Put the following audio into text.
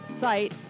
site